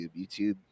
YouTube